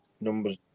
numbers